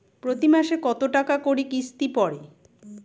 প্রতি মাসে কতো টাকা করি কিস্তি পরে?